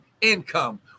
income